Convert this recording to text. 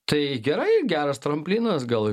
tai gerai geras tramplinas gal